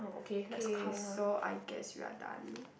K so I guess we are done